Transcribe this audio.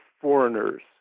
foreigners